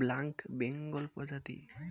black Bengal প্রজাতি